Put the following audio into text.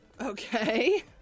Okay